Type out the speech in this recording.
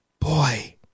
Boy